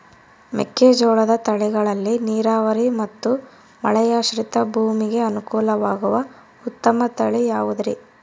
ಮೆಕ್ಕೆಜೋಳದ ತಳಿಗಳಲ್ಲಿ ನೇರಾವರಿ ಮತ್ತು ಮಳೆಯಾಶ್ರಿತ ಭೂಮಿಗೆ ಅನುಕೂಲವಾಗುವ ಉತ್ತಮ ತಳಿ ಯಾವುದುರಿ?